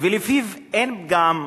שלפיו אין פגם,